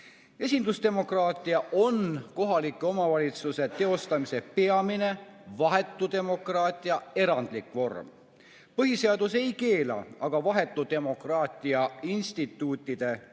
Esindusdemokraatia on kohaliku omavalitsuse teostamise peamine, vahetu demokraatia – erandlik vorm. Põhiseadus ei keela aga vahetu demokraatia instituutide, näiteks